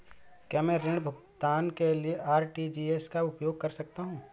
क्या मैं ऋण भुगतान के लिए आर.टी.जी.एस का उपयोग कर सकता हूँ?